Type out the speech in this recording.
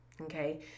okay